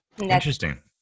Interesting